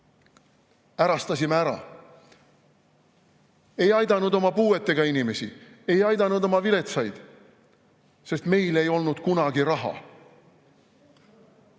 ärastasime ära. Me ei aidanud oma puuetega inimesi, ei aidanud oma viletsaid, sest meil ei olnud kunagi raha.